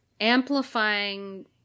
amplifying